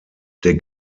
der